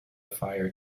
fire